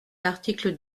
l’article